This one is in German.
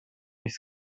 mich